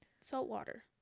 Saltwater